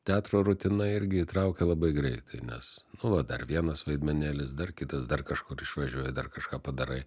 teatro rutina irgi įtraukia labai greitai nes nu va dar vienas vaidmenėlis dar kitas dar kažkur išvažiuoji dar kažką padarai